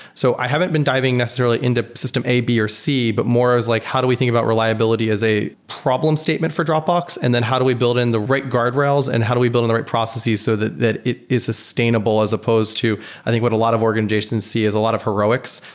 so i haven't been diving necessarily into system a, b or c, but more i was like, how do we think about reliability is a problem statement for dropbox, and then how do we build in the right guardrails, and how do we build in the right processes so that that it is sustainable as supposed to i think what a lot of organizations see? there're a lot of heroics,